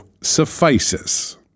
suffices